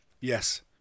Yes